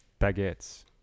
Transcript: Baguettes